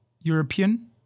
European